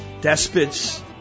despots